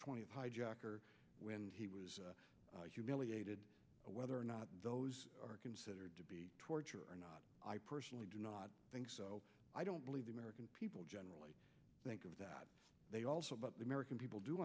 twentieth hijacker when he was humiliated whether or not those are considered to be torture or not i personally do not think so i don't believe the american people generally think of that they also but the american people do